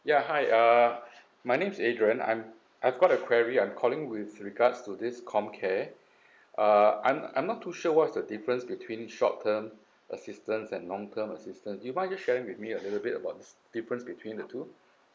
ya hi uh my name is adrian I'm I've got a query I'm calling with regards to this comcare uh I'm I'm not too sure what's the difference between short term assistance and long term assistance you mind just share it with me a little bit about difference between the two